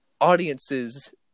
audiences